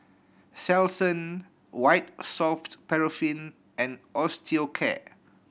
Selsun White Soft Paraffin and Osteocare